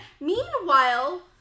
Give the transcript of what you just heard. Meanwhile